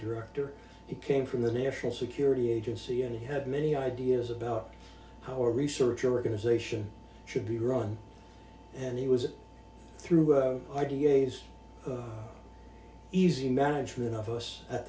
director he came from the national security agency and he had many ideas about how research organization should be run and he was through i d a's easy management of us at